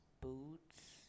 boots